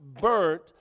burnt